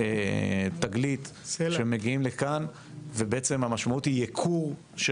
'תגלית' שמגיעים לכאן ובעצם המשמעות היא ייקור של